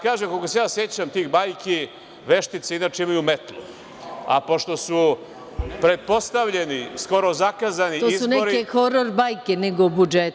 Koliko se ja sećam tih bajki, veštice inače imaju metlu, a pošto su pretpostavljeni, skoro zakazani izbori…